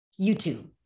YouTube